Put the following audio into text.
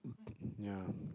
um yeah